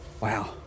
Wow